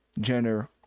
Jenner